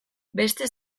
beste